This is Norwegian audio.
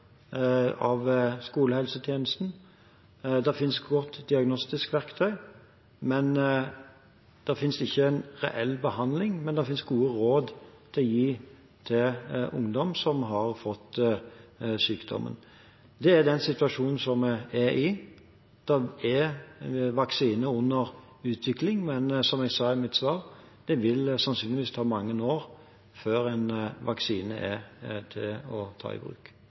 og skolehelsetjenesten, og det finnes godt diagnostisk verktøy. Det finnes ikke en reell behandling, men det finnes gode råd å gi til ungdom som har fått sykdommen. Det er den situasjonen som vi er i. Det er vaksine under utvikling, men som jeg sa i mitt svar, vil det sannsynligvis ta mange år før en vaksine er klar til å tas i bruk.